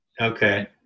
Okay